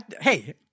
Hey